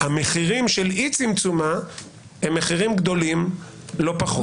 המחירים של אי צמצומה הם מחירים גדולים לא פחות.